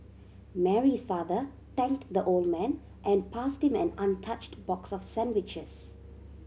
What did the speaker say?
Mary's father thanked the old man and passed him an untouched box of sandwiches